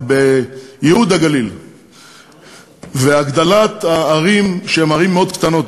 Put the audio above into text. בייהוד הגליל ובהגדלת הערים שהן ערים מאוד קטנות,